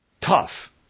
tough